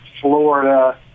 Florida